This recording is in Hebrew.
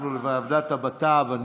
לוועדת הבט"פ.